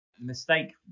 mistake